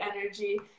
energy